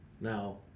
Now